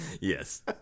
Yes